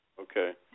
Okay